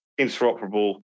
interoperable